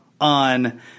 on